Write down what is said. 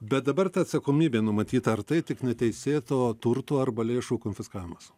bet dabar ta atsakomybė numatyta ar tai tik neteisėto turto arba lėšų konfiskavimas